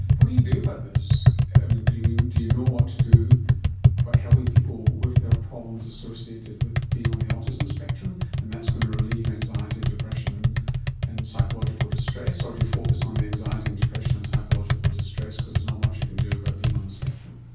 what do you do about this? do you know what to do about helping people with their problems associated with being on the autism spectrum and that's going to relieve anxiety and depression and and psychological distress? or do you focus on the anxiety and depression and psychological distress because there's not much you can do about being on the spectrum?